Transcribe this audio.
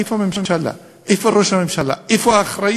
איפה הממשלה, איפה ראש הממשלה, איפה האחריות,